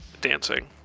dancing